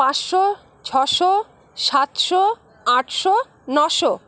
পাঁচশো ছশো সাতশো আটশো নশো